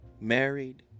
married